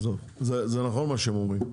זה נכון מה שהם אומרים,